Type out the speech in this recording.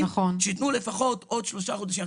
שייתנו לפחות עוד שלושה חודשים.